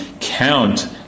count